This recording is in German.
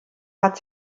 hat